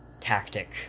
tactic